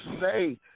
say